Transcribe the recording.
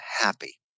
happy